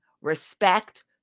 respect